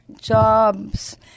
jobs